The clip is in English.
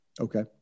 okay